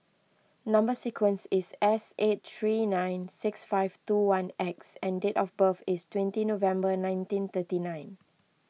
Number Sequence is S eight three nine six five two one X and date of birth is twenty November nineteen thirty nine